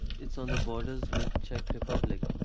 it's on the borders with czech republic.